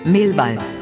Mehlball